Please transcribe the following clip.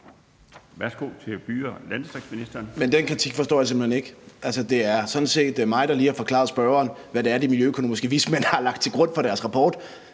for byer og landdistrikter (Morten Dahlin): Den kritik forstår jeg simpelt hen ikke. Det er sådan set mig, der lige har forklaret spørgeren, hvad det er, de miljøøkonomiske vismænd har lagt til grund for deres rapport.